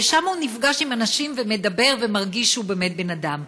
ושם הוא נפגש עם אנשים ומדבר ומרגיש שהוא באמת בן אדם.